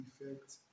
effect